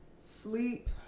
sleep